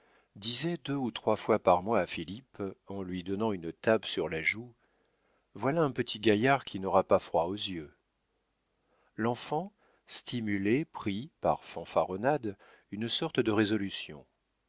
disait deux ou trois fois par mois à philippe en lui donnant une tape sur la joue voilà un petit gaillard qui n'aura pas froid aux yeux l'enfant stimulé prit par fanfaronnade une sorte de résolution